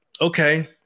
okay